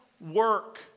work